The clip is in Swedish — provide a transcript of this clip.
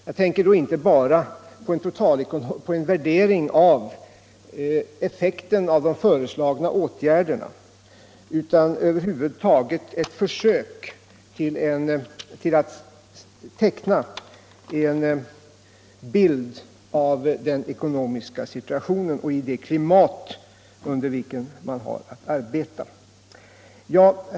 Jag tänker då inte bara på en värdering av effekten av de föreslagna åtgärderna, utan det är över huvud taget ett försök att teckna en bild av den ekonomiska situationen i det klimat i vilket man har att arbeta som saknas.